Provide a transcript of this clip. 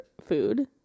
food